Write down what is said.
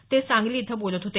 ते सांगली इथं बोलत होते